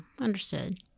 understood